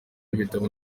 ibitabo